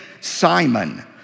Simon